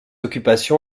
occupation